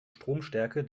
stromstärke